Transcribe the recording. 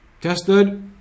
Tested